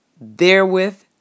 therewith